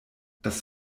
das